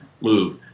move